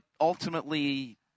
ultimately